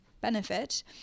benefit